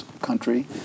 Country